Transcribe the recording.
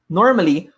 normally